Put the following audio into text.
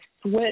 switch